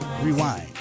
Rewind